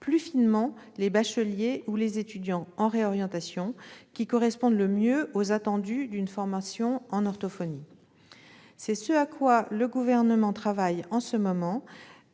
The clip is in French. plus finement les bacheliers ou les étudiants en réorientation qui correspondent le mieux aux attendus d'une formation en orthophonie. C'est ce à quoi le Gouvernement travaille en ce moment,